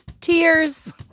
Tears